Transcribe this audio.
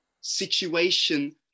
situation